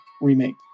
Remake